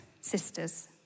sisters